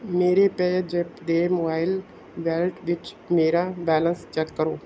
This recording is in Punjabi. ਮੇਰੇ ਪੇਅਜ਼ੈਪ ਦੇ ਮੋਬਾਈਲ ਵੈਲਟ ਵਿੱਚ ਮੇਰਾ ਬੈਲੰਸ ਚੈੱਕ ਕਰੋ